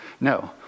No